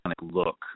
look